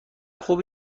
خوب